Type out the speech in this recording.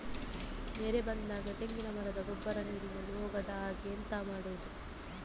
ನೆರೆ ಬಂದಾಗ ತೆಂಗಿನ ಮರದ ಗೊಬ್ಬರ ನೀರಿನಲ್ಲಿ ಹೋಗದ ಹಾಗೆ ಎಂತ ಮಾಡೋದು?